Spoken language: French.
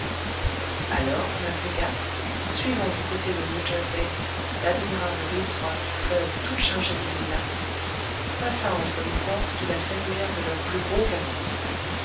alors la frégate suivant du côté de new jersey l'admirable rive droite du fleuve toute chargée de villas passa entre les forts qui la saluèrent de leurs plus gros canons